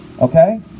Okay